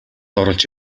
оруулж